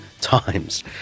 times